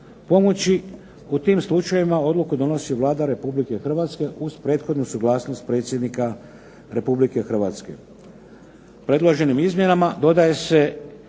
pomoći, u tim slučajevima odluku donosi Vlada Republike Hrvatske uz prethodnu suglasnost predsjednika Republike Hrvatske. Predloženim izmjenama dodaje se